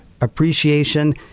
appreciation